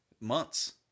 months